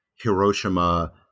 Hiroshima